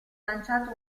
lanciato